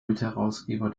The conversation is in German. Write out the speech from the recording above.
mitherausgeber